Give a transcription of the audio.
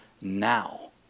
now